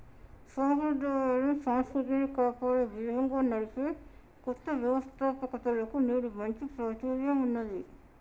సంప్రదాయాలను, సంస్కృతిని కాపాడే విధంగా నడిపే కొత్త వ్యవస్తాపకతలకు నేడు మంచి ప్రాచుర్యం ఉన్నది